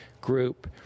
group